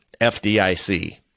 FDIC